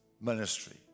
ministry